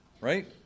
right